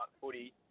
footy